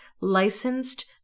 licensed